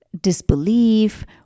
disbelief